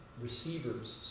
receivers